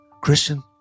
Christian